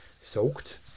soaked